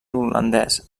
holandès